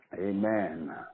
Amen